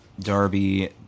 Darby